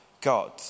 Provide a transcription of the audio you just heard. God